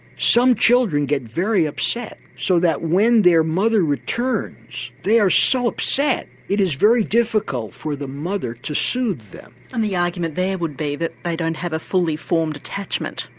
some children get very upset so that when their mother returns they are so upset it is very difficult for the mother to sooth them. and the argument there would be that they don't have a fully formed attachment.